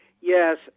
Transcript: Yes